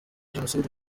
jenoside